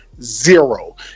Zero